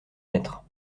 mètres